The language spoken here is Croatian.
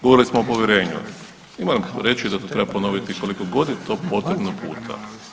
Govorili smo o povjerenju i moram reći da treba ponoviti koliko god je to potrebno puta.